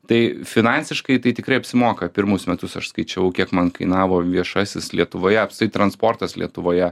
tai finansiškai tai tikrai apsimoka pirmus metus aš skaičiavau kiek man kainavo viešasis lietuvoje apskritai transportas lietuvoje